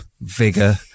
vigor